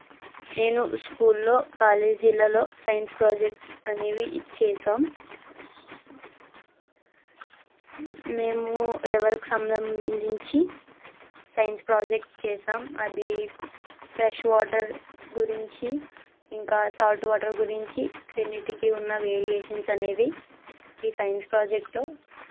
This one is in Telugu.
నేను స్కూల్లో కాలేజీలలో సైన్స్ ప్రాజెక్ట్ అనేవి చేసాం మేము రివర్కు సంబంధించి సైన్స్ ప్రాజెక్ట్ చేసాం అది ఫ్రెష్ వాటర్ గురించి ఇంకా సాల్ట్ వాటర్ గురించి రెండిటికీ ఉన్న వేరియేషన్స్ అనేవి ఈ సైన్స్ ప్రాజెక్ట్లో